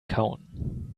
kauen